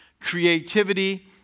creativity